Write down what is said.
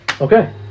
Okay